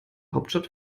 hauptstadt